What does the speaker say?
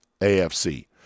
AFC